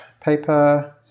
paper